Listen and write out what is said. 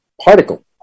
particle